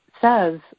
says